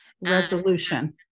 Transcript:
Resolution